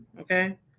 Okay